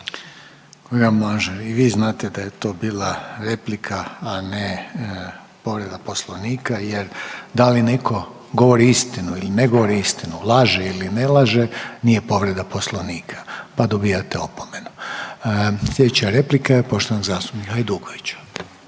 i vi znate da je to bila replika, a ne povreda Poslovnika jer da li netko govori istinu il ne govori istinu, laže ili ne laže nije povreda Poslovnika, pa dobijate opomenu. Slijedeća replika je poštovanog zastupnika Hajdukovića.